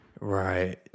Right